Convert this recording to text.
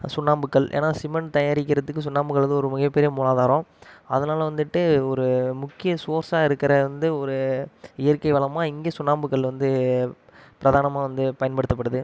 சுண்ணாம்புக்கல் ஏன்னால் சிமெண்ட் தயாரிக்கிறதுக்கு சுண்ணாம்புக்கல் வந்து ஒரு மிகப்பெரிய மூலாதாரம் அதனால் வந்துட்டு ஒரு முக்கிய சோர்ஸாக இருக்கிற வந்து ஒரு இயற்கை வளமாக இங்கே சுண்ணாம்புக்கல் வந்து பிரதானமாக வந்து பயன்படுத்தப்படுது